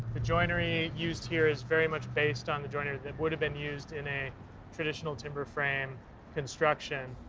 the joinery used here is very much based on the joinery would've been used in a traditional timber frame construction.